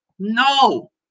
No